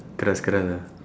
keras-keras ah